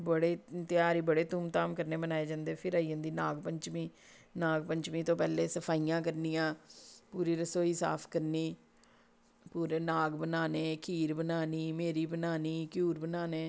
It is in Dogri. बड़े त्यार ही बड़े धूम धाम कन्नै मनाया जंदे फिर आई जन्दी नाग पंचमी नाग पंचमी तो पैह्ले सफाइयां करनियां पूरी रसोई साफ करनी पुरे नाग बनाने खीर बनानी मेह्री बनानी क्यूर बनाने